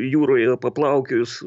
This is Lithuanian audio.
jūroje paplaukiojus